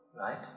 right